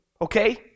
Okay